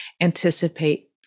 anticipate